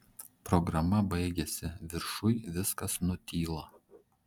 programa baigiasi viršuj viskas nutyla